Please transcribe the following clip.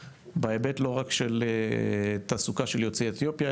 בהיבט לא רק של תעסוקה של יוצאי אתיופיה,